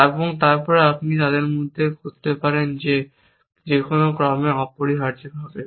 এবং তারপর আপনি তাদের মধ্যে করতে পারেন যে কোনো ক্রমে অপরিহার্যভাবে